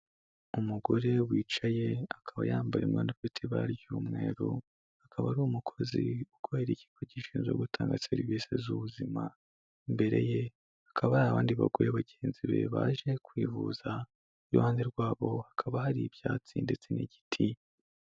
Umugore wicaye akaba yambaye umwenda ufite ibara ry'umweru, akaba ari umukozi ukorera ikigo gishinzwe gutanga serivise z'ubuzima, imbere ye hakaba abandi bagore bagenzi be baje kwivuza. Iruhande rwabo hakaba hari ibyatsi ndetse n'igiti.